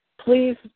please